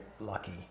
lucky